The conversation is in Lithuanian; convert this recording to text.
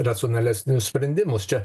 racionalesnius sprendimus čia